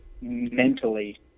mentally